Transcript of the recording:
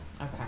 Okay